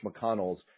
McConnell's